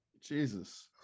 Jesus